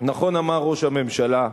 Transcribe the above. נכון אמר ראש הממשלה,